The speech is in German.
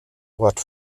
ort